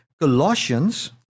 Colossians